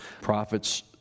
Prophets